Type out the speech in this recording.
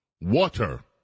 Water